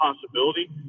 possibility